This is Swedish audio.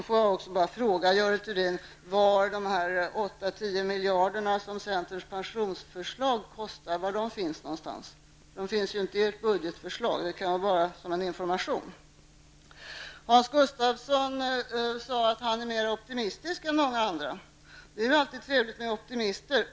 Jag vill också fråga Görel Thurdin var dessa 8--10 miljarder kronor som centerns pensionsförslag kostar finns någonstans. De finns inte i ert budgetförslag -- det kan jag tala om som en information. Hans Gustafsson sade att han är mer optimistisk än många andra, och det är ju alltid trevligt med optimister.